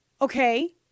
okay